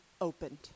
opened